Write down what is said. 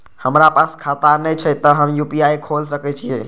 हमरा पास खाता ने छे ते हम यू.पी.आई खोल सके छिए?